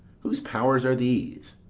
whose powers are these?